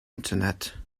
internet